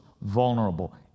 vulnerable